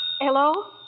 Hello